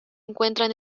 encuentran